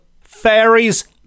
fairies